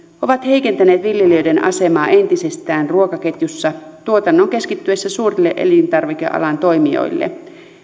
ovat heikentäneet viljelijöiden asemaa entisestään ruokaketjussa tuotannon keskittyessä suurille elintarvikealan toimijoille